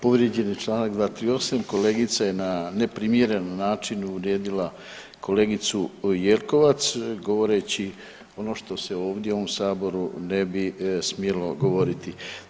Povrijeđen je čl. 238., kolegica je na neprimjeren način uvrijedila kolegicu Jelkovac govoreći ono što se ovdje u ovom saboru ne bi smjelo govoriti.